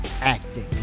acting